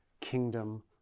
kingdom